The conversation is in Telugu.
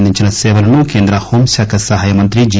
అందించిన సేవలను కేంద్ర హోం శాఖ సహాయ మంత్రి జి